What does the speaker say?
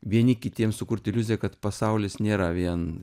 vieni kitiem sukurti iliuziją kad pasaulis nėra vien